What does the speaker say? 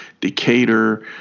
Decatur